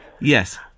Yes